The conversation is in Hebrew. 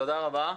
תודה רבה.